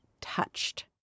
touched